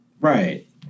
Right